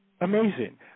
amazing